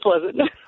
pleasant